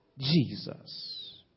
Jesus